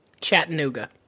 Chattanooga